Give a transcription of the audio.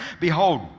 Behold